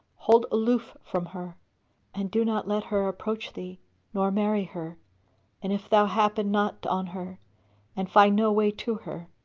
hold aloof from her and do not let her approach thee nor marry her and if thou happen not on her and find no way to her,